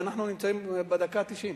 ואנחנו נמצאים בדקה התשעים,